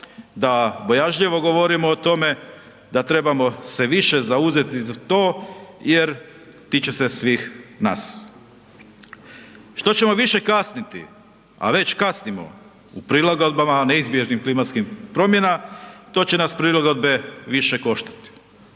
da bojažljivo govorimo o tome, da trebamo se više zauzeti za to jer tiče se svih nas. Što ćemo više kasniti, a već kasnimo prilagodbama neizbježnih klimatskih promjena to će nas prilagodbe više koštati,